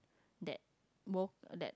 that world that